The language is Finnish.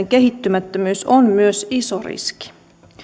kehittymättömyys on myös iso riski